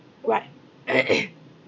what